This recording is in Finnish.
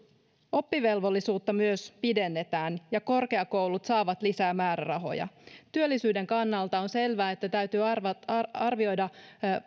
oppivelvollisuutta myös pidennetään ja korkeakoulut saavat lisää määrärahoja työllisyyden kannalta on selvää että täytyy arvioida arvioida